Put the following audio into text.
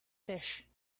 fish